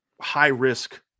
high-risk –